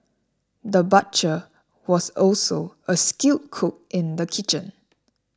the butcher was also a skilled cook in the kitchen